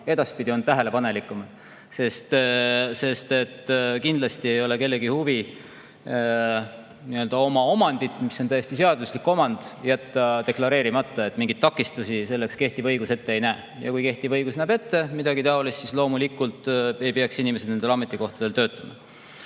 edaspidi tähelepanelikumad. Kindlasti ei ole kellelgi huvi oma omandit, mis on täiesti seaduslik omand, jätta deklareerimata. Mingeid takistusi selleks kehtiv õigus ette ei näe. Ja kui kehtiv õigus näeb ette midagi taolist, siis loomulikult ei peaks inimesed nendel ametikohtadel töötama. Ma